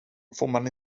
man